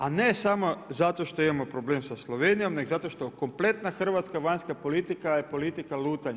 A ne samo zato što imamo problem sa Slovenijom, nego zato što kompletna Hrvatska vanjska politika je politika lutanja.